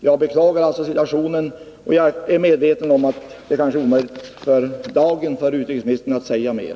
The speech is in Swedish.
Jag beklagar alltså situationen, och jag är medveten om att det kanske för dagen är omöjligt för utrikesministern att säga mer.